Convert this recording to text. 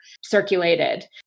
circulated